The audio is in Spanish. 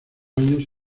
años